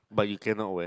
but you cannot wear